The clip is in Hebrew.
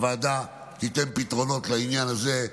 והוועדה תיתן פתרונות לעניין הזה,